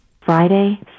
Friday